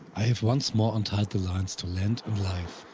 i have once more untied the lines to land and life,